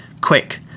quick